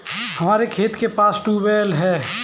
हमारे खेत के पास ही ट्यूबवेल है